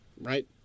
Right